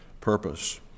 purpose